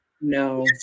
No